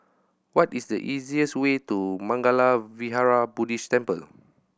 what is the easiest way to Mangala Vihara Buddhist Temple